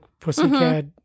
Pussycat